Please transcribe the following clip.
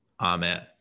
Amen